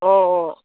অঁ অঁ